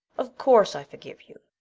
of course i forgive you.